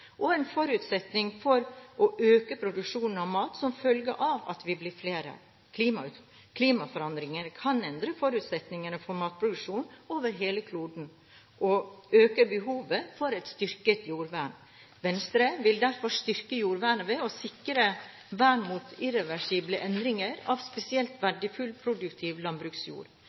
og en forutsetning for å øke produksjon av mat som følge av at vi blir flere. Klimaforandringene kan endre forutsetningene for matproduksjon over hele kloden, og det øker behovet for et styrket jordvern. Venstre vil derfor styrke jordvernet ved å sikre vern mot irreversible endringer av spesielt verdifull produktiv landbruksjord.